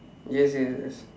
yes yes yes